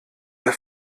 der